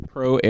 Pro